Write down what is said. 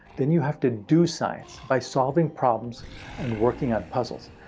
then you have to do science by solving problems and working on puzzles.